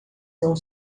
não